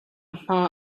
hma